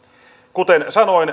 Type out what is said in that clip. kuten sanoin